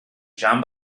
jean